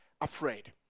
afraid